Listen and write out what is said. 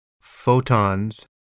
photons